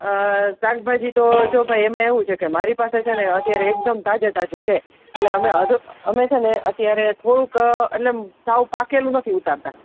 અ શાકભાજી તો જો ભાઈ એમા એવું છે મારી પાસે છેને અત્યારે એકદમ તાજે તાજું છે એટલે અમે અમે છેને અત્યારે થોડુંક એટલે અમ સાવ પાકેલું નથી ઉતારતા